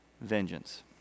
vengeance